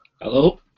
Hello